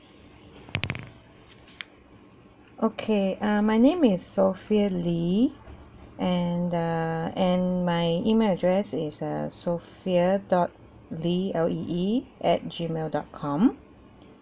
okay uh my name is sophia lee and the and my email address is uh sophia dot lee L E E at gmail dot com